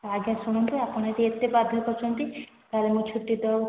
ଆଜ୍ଞା ଶୁଣନ୍ତୁ ଆପଣ ଯଦି ଏତେ ବାଧ୍ୟ କରୁଛନ୍ତି ତାହାଲେ ମୁଁ ଛୁଟି ଦେଉଛି